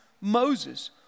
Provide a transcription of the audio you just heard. Moses